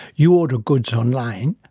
you order goods online.